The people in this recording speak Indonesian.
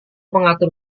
mengatur